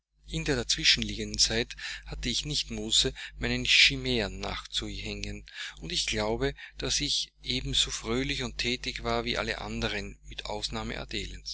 in der dazwischenliegenden zeit hatte ich nicht muße meinen chimären nachzuhängen und ich glaube daß ich ebenso fröhlich und thätig war wie alle anderen mit